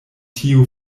tiu